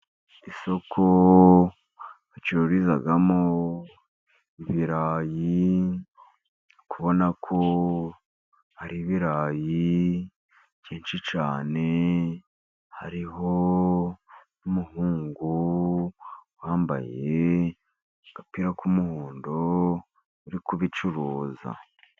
Isoko bacururizamo ibirayi, uri kubona ko ari ibirayi byinshi cyane, hariho n'umuhungu wambaye agapira k'umuhondo, uri kubicuruza.